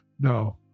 No